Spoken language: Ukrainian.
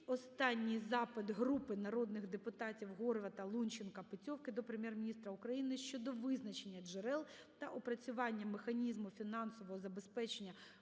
останній запит групи народних депутатів (Горвата, Лунченка, Петьовки) до Прем'єр-міністра України щодо визначення джерел та опрацювання механізму фінансового забезпечення